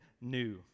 new